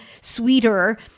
sweeter